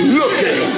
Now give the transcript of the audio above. looking